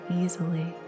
easily